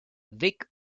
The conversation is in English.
vic